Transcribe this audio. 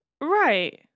right